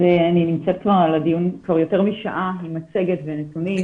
אני נמצאת בדיון כבר יותר משעה עם מצגת ונתונים ואשמח להציג אותם.